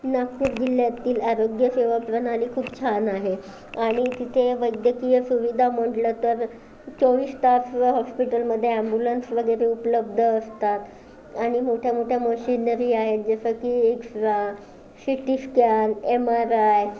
नागपूर जिल्ह्यातील आरोग्य सेवा प्रणाली खूप छान आहे आणि तिथे वैद्यकीय सुविधा म्हटलं तर चोवीस तास व हॉस्पिटलमध्ये ऍम्ब्युलन्स वगैरे उपलब्ध असतात आणि मोठ्या मोठ्या मशिनरी आहेत जसंकी X ray C T scan MRI